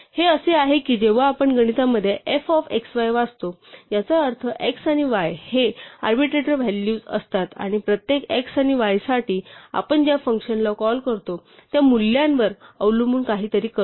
हे असे आहे की जेव्हा आपण गणितामध्ये f of x y वाचतो याचा अर्थ x आणि y हे आर्बिट्रेटर व्हॅल्यूज असतात आणि प्रत्येक x आणि y साठी आपण ज्या फंक्शनला कॉल करतो त्या मूल्यांवर अवलंबून काहीतरी करतो